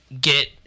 get